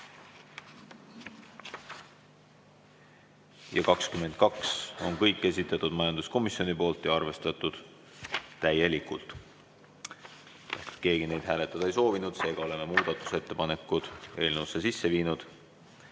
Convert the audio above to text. ja 22 on majanduskomisjoni esitatud ja arvestatud täielikult. Keegi neid hääletada ei soovinud, seega oleme muudatusettepanekud eelnõusse sisse viinud.